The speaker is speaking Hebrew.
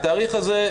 התאריך הזה,